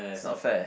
it's not fair